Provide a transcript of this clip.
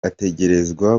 ategerezwa